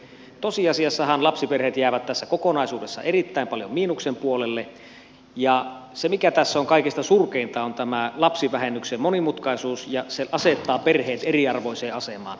tosiasiassahan lapsiperheet jäävät tässä kokonaisuudessa erittäin paljon miinuksen puolelle ja se mikä tässä on kaikista surkeinta on tämä lapsivähennyksen monimutkaisuus ja se asettaa perheet eriarvoiseen asemaan